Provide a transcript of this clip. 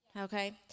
okay